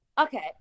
Okay